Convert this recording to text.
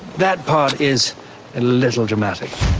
that part is a little dramatic.